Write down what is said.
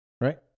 right